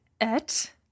it